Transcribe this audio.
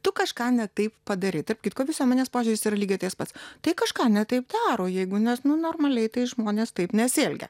tu kažką ne taip padarei tarp kitko visuomenės požiūris yra lygiai tais pats tai kažką ne taip daro jeigu nes nu normaliai tai žmonės taip nesielgia